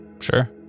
Sure